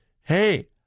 hey